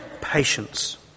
patience